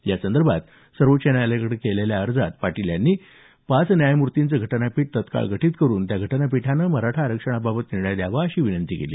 यासंदर्भात सर्वोच्च न्यायालयाकडे केलेल्या अर्जात पाटील यांनी यासंदर्भोत पाच न्यायमूर्तींचं घटनापीठ तत्काळ गठीत करून त्या घटनापीठाने मराठा आरक्षणाबाबत निर्णय द्यावा अशी विनंती केली